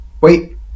wait